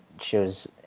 shows